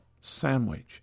sandwich